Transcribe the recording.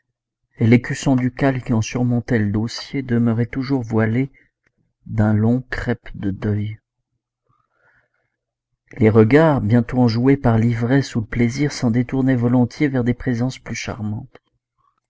et l'écusson ducal qui en surmontait le dossier demeurait toujours voilé d'un long crêpe de deuil les regards bientôt enjoués par l'ivresse ou le plaisir s'en détournaient volontiers vers des présences plus charmantes